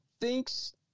thinks